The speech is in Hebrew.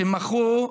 שמחו,